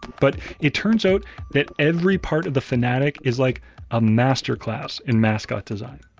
but it turns out that every part of the fanatic is like a master class in mascot design.